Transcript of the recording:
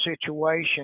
situation